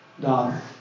daughter